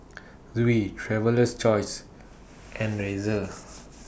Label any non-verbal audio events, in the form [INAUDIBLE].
[NOISE] Viu Traveler's Choice and [NOISE] Razer